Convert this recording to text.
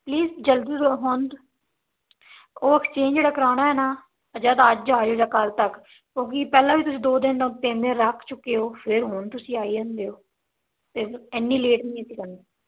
please ਜਲਦੀ ਰਹੰਦ ਉਹ ਐਕਸਚੇਂਜ ਜਿਹੜਾ ਕਰਵਾਉਣਾ ਹੈ ਨਾ ਤਾਂ ਜਾਂ ਤਾਂ ਅੱਜ ਆਇਓ ਜਾਂ ਕੱਲ੍ਹ ਤੱਕ ਉਹ ਕੀ ਪਹਿਲਾਂ ਵੀ ਤੁਸੀਂ ਦੋ ਦਿਨ ਤਿੰਨ ਦਿਨ ਰੱਖ ਚੁੱਕੇ ਹੋ ਫਿਰ ਹੁਣ ਤੁਸੀਂ ਆਈ ਜਾਂਦੇ ਹੋ ਫਿਰ ਇੰਨੀ ਲੇਟ ਨਹੀਂ ਅਸੀਂ ਕਰਨੇ